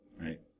right